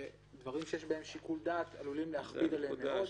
שדברים שיש בהם שיקול דעת עלולים להכביד עליהם מאוד.